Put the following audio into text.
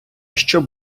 щоб